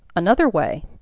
another way.